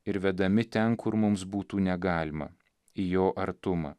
ir vedami ten kur mums būtų negalima į jo artumą